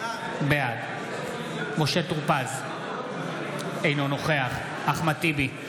בעד משה טור פז, אינו נוכח אחמד טיבי,